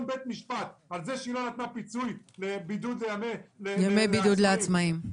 בין משפט אחרי שלא ניתן פיצוי על ימי בידוד לעצמאיים,